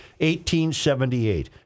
1878